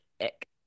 ick